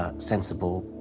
ah sensible,